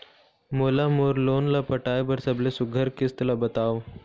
मोला मोर लोन ला पटाए बर सबले सुघ्घर किस्त ला बताव?